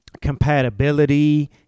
compatibility